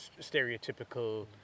stereotypical